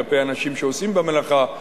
כלפי אנשים שעושים במלאכה.